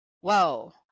Whoa